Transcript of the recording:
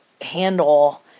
handle